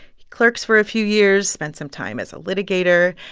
he clerks for a few years, spends some time as a litigator.